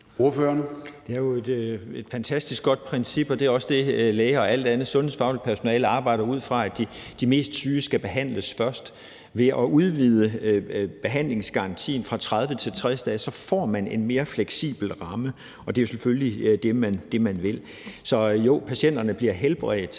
Det er jo et fantastisk godt princip, og det er også det, læger og alt andet sundhedsfagligt personale arbejder ud fra: at de mest syge skal behandles først. Ved at udvide behandlingsgarantien fra 30 til 60 dage får man en mere fleksibel ramme, og det er selvfølgelig det, man vil. Så jo, patienterne bliver helbredt,